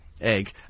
egg